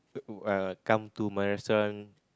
who are come to my restaurant